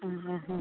ആ ഹാ ഹാ